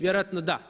Vjerojatno da.